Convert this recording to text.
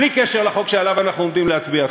בלי קשר לחוק שעליו אנחנו עומדים להצביע.